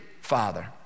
father